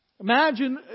Imagine